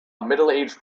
middleaged